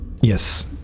Yes